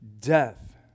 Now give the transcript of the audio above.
death